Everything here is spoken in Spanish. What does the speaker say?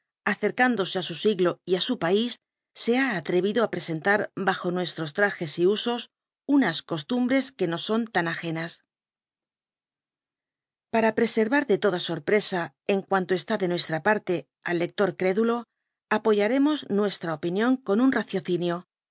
acercándose á su siglo y á su pays se ha atrevido á presentar bajo nuestros trajes y usos f unas costumbres que nos son tan agenas para preservar de toda sorpresa en cuanto está de nuestra parte aa lector crédulo apoyaremos nuestra opinión con un raciocinio